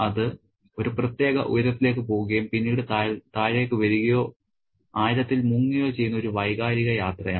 അത് ഒരു പ്രത്യേക ഉയരത്തിലേക്ക് പോകുകയും പിന്നീട് താഴേക്ക് വരികയോ ആഴത്തിൽ മുങ്ങുകയോ ചെയ്യുന്ന ഒരു വൈകാരിക യാത്രയാണ്